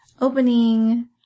opening